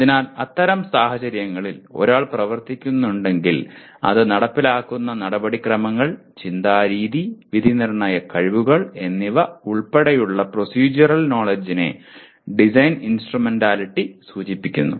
അതിനാൽ അത്തരം സാഹചര്യങ്ങളിൽ ഒരാൾ പ്രവർത്തിക്കുന്നുണ്ടെങ്കിൽ അത് നടപ്പിലാക്കുന്ന നടപടിക്രമങ്ങൾ ചിന്താ രീതി വിധിനിർണ്ണയ കഴിവുകൾ എന്നിവ ഉൾപ്പെടെയുള്ള പ്രോസെഡ്യൂറൽ നോലെഡ്ജിനെ ഡിസൈൻ ഇൻസ്ട്രുമെന്റാലിറ്റി സൂചിപ്പിക്കുന്നു